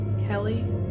Kelly